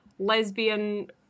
Lesbian